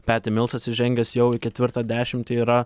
peti milsas įžengęs jau į ketvirtą dešimtį yra